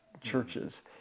churches